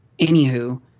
anywho